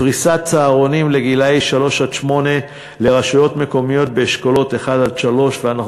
פריסת צהרונים לגילאי שלוש עד שמונה לרשויות מקומיות באשכולות 1 3" ואנחנו